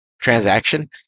transaction